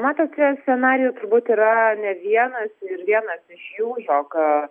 matote scenarijų turbūt yra ne vienas ir vienas iš jų jog